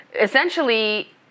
essentially